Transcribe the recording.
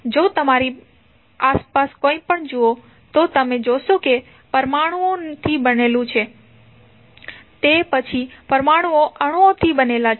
તો જો તમે તમારી આસપાસ કંઈપણ જુઓ તો તમે જોશો કે તે પરમાણુઓ થી બનેલું છે અને તે પછી પરમાણુઓ અણુઓ થી બનેલા છે